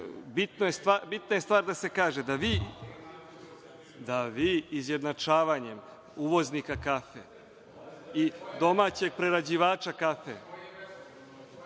bitna je stvar da se kaže da vi izjednačavanjem uvoznika kafe i domaćeg prerađivača kafe